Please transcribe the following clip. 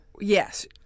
Yes